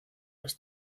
las